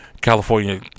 California